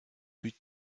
plus